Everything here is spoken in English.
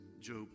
Job